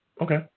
Okay